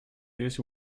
this